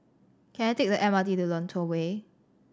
can I take the M R T to Lentor Way